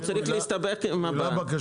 הוא צריך להסתבך עם הבנקים.